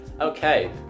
Okay